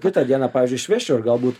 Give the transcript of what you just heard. kitą dieną pavyzdžiui išvežčiau ir galbūt